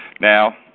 Now